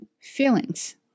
feelings